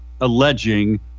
alleging